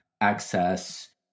access